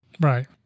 Right